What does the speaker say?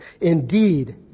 Indeed